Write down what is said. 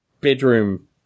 bedroom